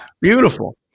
beautiful